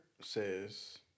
says